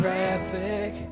traffic